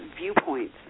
viewpoints